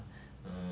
err